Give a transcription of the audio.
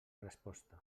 resposta